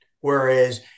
Whereas